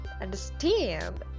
understand